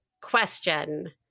question